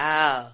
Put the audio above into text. Wow